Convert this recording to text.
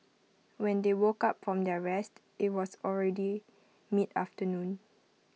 when they woke up from their rest IT was already mid afternoon